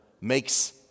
makes